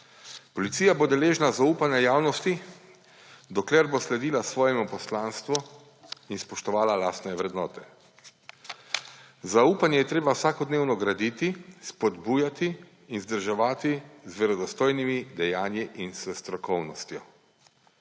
»Policija bo deležna zaupanja javnosti, dokler bo sledila svojemu poslanstvu in spoštovala lastne vrednote. Zaupanje je treba vsakodnevno graditi, spodbujati in vzdrževati z verodostojnimi dejanji in strokovnostjo.